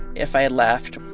if i left,